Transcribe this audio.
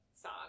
song